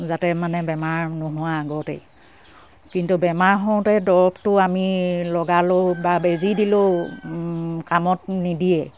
যাতে মানে বেমাৰ নোহোৱা আগতেই কিন্তু বেমাৰ হওঁতে দৰৱটো আমি লগালেও বা বেজি দিলেও কামত নিদিয়ে